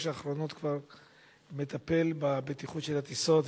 השנים האחרונות מטפל בבטיחות של הטיסות,